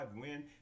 win